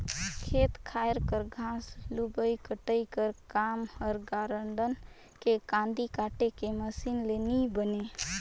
खेत खाएर कर घांस लुबई कटई कर काम हर गारडन के कांदी काटे के मसीन ले नी बने